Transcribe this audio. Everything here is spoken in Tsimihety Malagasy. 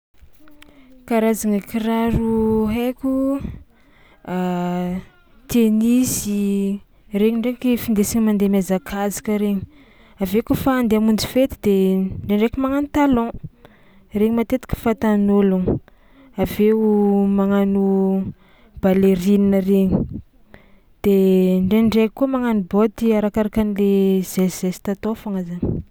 Karazagna kiraro haiko: tenisy, regny ndraiky findesina mandeha mihazakazaka regny; avy eo kaofa andeha hamonjy fety de ndraindraiky magnano talon, regny matetiky fatan'ôlogno, avy eo magnano ballerine regny de ndraindraiky koa magnano baoty arakaraka an'le zesizesita atao foagna zany.